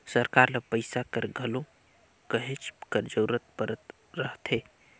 सरकार ल पइसा कर घलो कहेच कर जरूरत परत रहथे